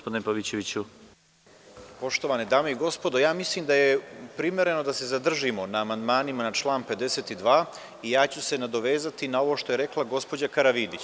Poštovane dame i gospodo, ja mislim da je primereno da se zadržimo na amandmanima na član 52. i ja ću se nadovezati na ovo što je rekla gospođa Karavidić.